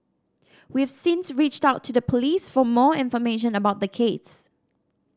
we've since reached out to the Police for more information about the case